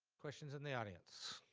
questions in the audience?